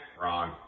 wrong